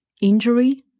injury